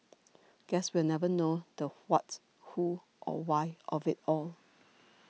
guess we'll never know the what who or why of it all